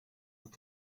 vous